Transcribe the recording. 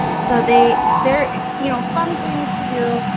so they they're you know fun things to do,